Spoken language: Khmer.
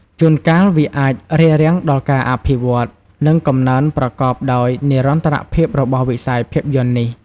ជួនកាល វាអាចរារាំងដល់ការអភិវឌ្ឍន៍ និងកំណើនប្រកបដោយនិរន្តរភាពរបស់វិស័យភាពយន្តនេះ។